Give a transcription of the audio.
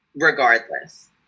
regardless